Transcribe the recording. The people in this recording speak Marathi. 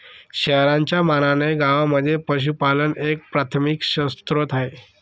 शहरांच्या मानाने गावांमध्ये पशुपालन एक प्राथमिक स्त्रोत आहे